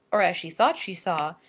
or as she thought she saw,